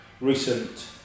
recent